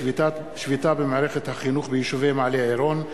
שביתה במערכת החינוך ביישובי מעלה-עירון,